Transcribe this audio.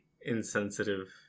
insensitive